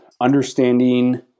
understanding